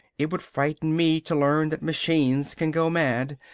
it would frighten me to learn that machines can go mad,